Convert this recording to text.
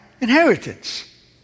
inheritance